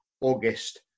August